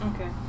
okay